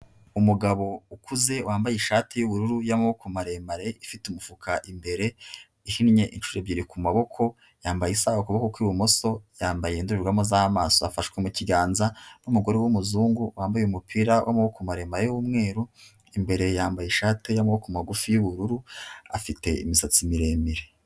Umugabo ukuze, wambaye ishati y'ubururu, y'amaboko maremare, ifite umufuka imbere ihinye inshuro ebyiri kumaboko, yambaye isa ukuboko kw'ibumoso, yambaye indorerwamo zmaso, afashwe mukiganza n'umugore w'umuzungu wambaye umupira w'amaboko maremare, y'umweru imbere yambaye ishati y'amaboko magufi y'ubururu afite imisatsi miremire.